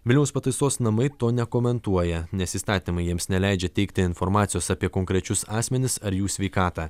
vilniaus pataisos namai to nekomentuoja nes įstatymai jiems neleidžia teikti informacijos apie konkrečius asmenis ar jų sveikatą